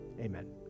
amen